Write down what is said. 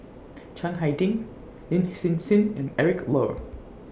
Chiang Hai Ding Lin Hsin Hsin and Eric Low